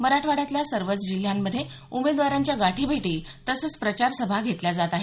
मराठवाड्यातल्या सर्वच जिल्ह्यांमध्ये उमेदवारांच्या गाठीभेटी तसंच प्रचार सभा घेतल्या जात आहेत